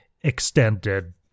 extended